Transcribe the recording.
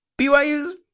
BYU's